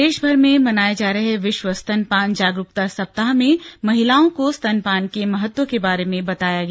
प्रदेशभर में मनाए जा रहे विश्व स्तनपान जागरूकता सप्ताह में महिलाओं को स्तनपान के महत्व के बारे में बताया गया